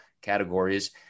categories